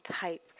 type